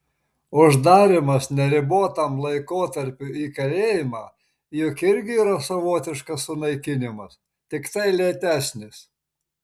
uždarymas neribotam laikotarpiui į kalėjimą juk irgi yra savotiškas sunaikinimas tiktai lėtesnis